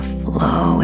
flow